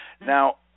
Now